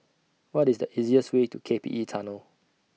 What IS The easiest Way to K P E Tunnel